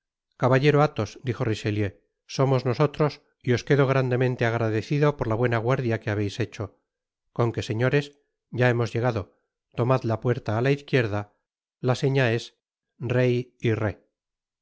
caballero athos dijo richelieu somos nosotros y os quedo grandemente agradecido por la buena guardia que habeis hecho con qué señores ya hemos llegado tomad la puerta á la izquierda la seña es rey y rhé